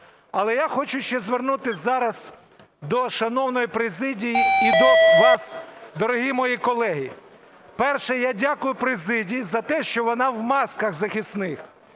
Але я хочу ще звернутись зараз до шановної президії і до вас, дорогі мої колеги. Перше. Я дякую президії за те, що вона в масках захисних.